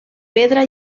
pedra